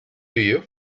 you